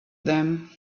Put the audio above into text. them